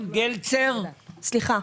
סליחה.